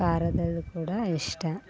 ಖಾರದಲ್ ಕೂಡ ಇಷ್ಟ